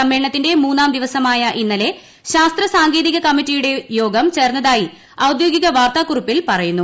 സമ്മേളനത്തിന്റെ മൂന്നാം ദിവസമായ ഇന്നലെ ശാസ്ത്രസാങ്കേതിക കമ്മിറ്റിയുടെ യോഗം ചേർന്നതായി ഔദ്യോഗിക വാർത്താകുറിപ്പിൽ പറയുന്നു